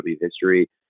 history